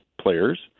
Players